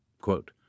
Quote